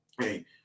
hey